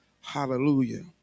Hallelujah